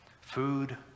Food